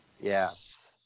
Yes